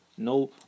No